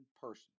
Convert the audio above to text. person